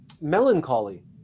Melancholy